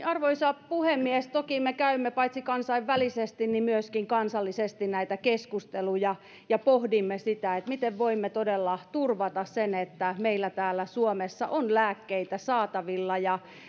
arvoisa puhemies toki me käymme paitsi kansainvälisesti myöskin kansallisesti näitä keskusteluja ja pohdimme sitä miten voimme todella turvata sen että meillä täällä suomessa on lääkkeitä saatavilla